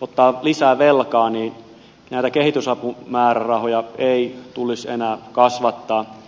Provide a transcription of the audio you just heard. ottamaan lisää velkaa näitä kehitysapumäärärahoja ei tulisi enää kasvattaa